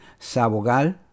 Sabogal